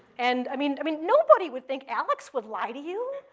and i mean i mean, nobody would think alex would lie to you.